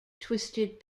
twisted